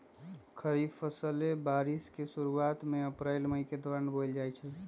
खरीफ फसलें बारिश के शुरूवात में अप्रैल मई के दौरान बोयल जाई छई